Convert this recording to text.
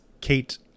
Kate